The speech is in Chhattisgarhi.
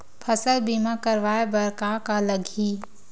फसल बीमा करवाय बर का का लगही?